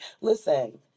listen